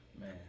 Man